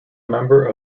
member